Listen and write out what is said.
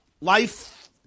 life